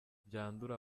byandura